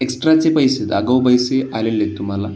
एक्स्ट्राचे पैसे आगाऊ पैसे आलेले आहेत तुम्हाला